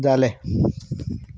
जालें